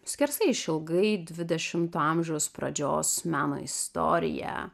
skersai išilgai dvidešimto amžiaus pradžios meno istoriją